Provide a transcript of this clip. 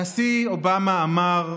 הנשיא אובאמה אמר: